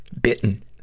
bitten